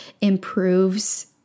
improves